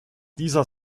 dieser